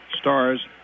Stars